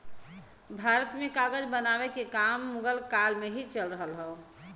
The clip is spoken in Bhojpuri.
भारत में कागज बनावे के काम मुगल काल से ही चल रहल हौ